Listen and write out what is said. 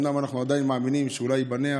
אומנם אנחנו עדיין מאמינים שאולי ייבנה,